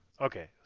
Okay